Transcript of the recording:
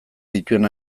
dituen